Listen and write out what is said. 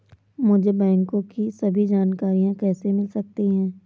मुझे बैंकों की सभी जानकारियाँ कैसे मिल सकती हैं?